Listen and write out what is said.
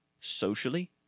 socially